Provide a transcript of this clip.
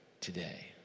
today